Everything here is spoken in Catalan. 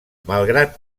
malgrat